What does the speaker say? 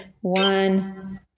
one